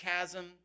chasm